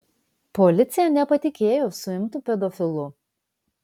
policija nepatikėjo suimtu pedofilu